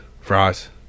Fries